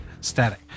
static